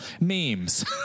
Memes